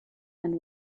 and